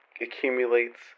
accumulates